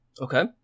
Okay